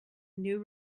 new